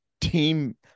team